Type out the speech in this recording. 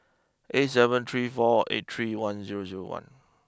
eight seven three four eight three one zero zero one